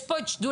יש פה את איגוד